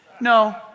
No